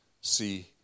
see